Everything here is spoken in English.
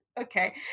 okay